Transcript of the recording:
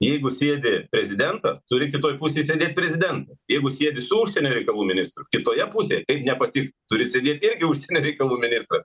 jeigu sėdi prezidentas turi kitoj pusėj sėdėt prezidentas jeigu sėdi su užsienio reikalų ministru kitoje pusėje tai nepatikt turi sėdėt irgi užsienio reikalų ministras